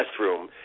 restroom